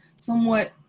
somewhat